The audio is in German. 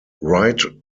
wright